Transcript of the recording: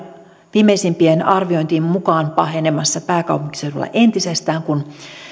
viimeisimpien arviointien mukaan pahenemassa pääkaupunkiseudulla entisestään kun